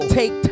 take